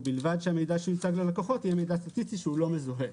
ובלבד שהמידע שיוצג ללקוחות יהיה מידע סטטיסטי שאינו מזוהה.